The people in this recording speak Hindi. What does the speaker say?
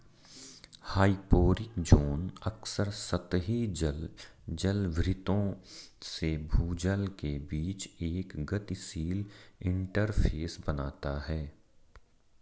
हाइपोरिक ज़ोन अक्सर सतही जल जलभृतों से भूजल के बीच एक गतिशील इंटरफ़ेस बनाता है